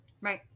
Right